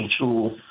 tool